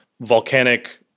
volcanic